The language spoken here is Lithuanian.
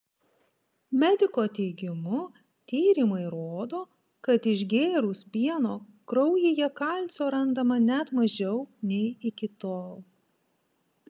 mediko teigimu tyrimai rodo kad išgėrus pieno kraujyje kalcio randama net mažiau nei iki tol